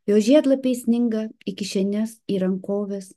jau žiedlapiais sninga į kišenes į rankoves